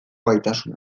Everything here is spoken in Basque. gaitasuna